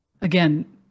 again